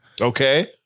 Okay